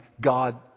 God